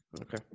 Okay